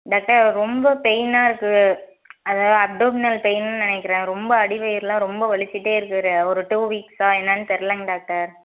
doctor ரொம்ப பெயின்னாக இருக்குது அது அப்டோமனல் பெயின்னு நினைக்கிறேன் ரொம்ப அடி வயிறுலாம் ரொம்ப வலிச்சிட்டே இருக்குது ரெ ஒரு டூ வீக்ஸ்ஸா என்னென்னு தெரியலங்க டாக்டர்